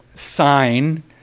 sign